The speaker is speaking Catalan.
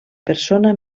persona